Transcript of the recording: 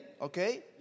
Okay